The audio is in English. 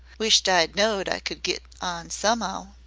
wisht i knowed i could get on some ow.